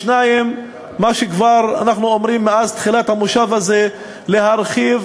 2. מה שאנחנו אומרים מאז תחילת המושב הזה: להרחיב